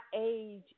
age